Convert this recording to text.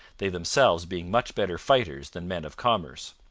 they themselves being much better fighters than men of commerce.